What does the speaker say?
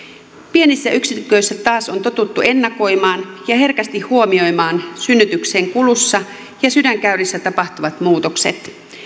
pienissä yksiköissä taas on totuttu ennakoimaan ja herkästi huomioimaan synnytyksen kulussa ja sydänkäyrissä tapahtuvat muutokset